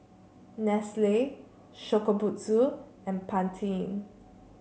Nestle Shokubutsu and Pantene